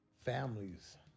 families